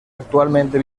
actualmente